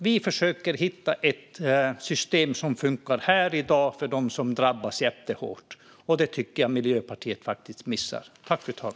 Vi försöker hitta ett system som funkar här i dag för dem som drabbas jättehårt. Det tycker jag faktiskt att Miljöpartiet missar.